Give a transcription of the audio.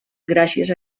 gràcies